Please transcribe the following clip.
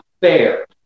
fair